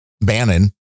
bannon